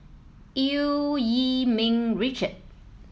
Eu Yee Ming Richard